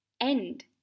End